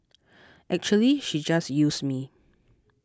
actually she just used me